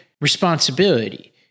responsibility